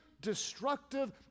destructive